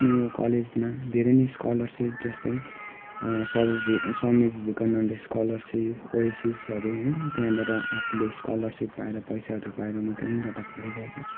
आफ्नो यो कलेजमा धेरै नै स्कलरसिप जस्तै स्वामी स्वामी विवेकानन्द स्कलरसिप ओएसिसहरू है त्यहाँबाट आफूले स्कलरसिप पाएर पैसाहरू पाएर म त्यहीँबाट पढिरहेको छु